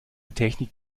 technik